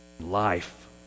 life